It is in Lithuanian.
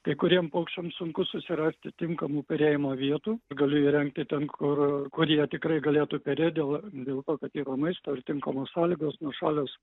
kai kuriems paukščiams sunku susirasti tinkamų perėjimo vietų gali įrengti ten kur kur jie tikrai galėtų perėt dėl dėl to kad yra maisto ir tinkamos sąlygos nuošalios